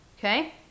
Okay